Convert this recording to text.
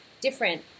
different